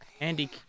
Andy